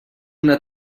una